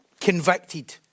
convicted